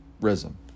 risen